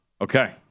Okay